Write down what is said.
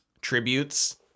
tributes